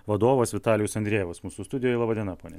vadovas vitalijus andrejevas mūsų studijoje laba diena pone